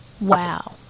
Wow